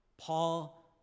Paul